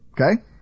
okay